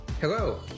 Hello